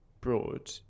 broad